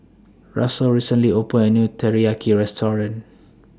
Russell recently opened A New Teriyaki Restaurant